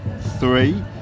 three